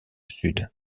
sud